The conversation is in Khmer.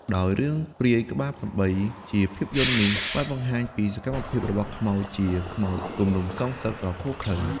ដោយរឿងព្រាយក្បាល៨ ជាភាពយន្តនេះបានបង្ហាញពីសកម្មភាពរបស់ខ្មោចជា ខ្មោចគំនុំសងសឹក ដ៏ឃោរឃៅ។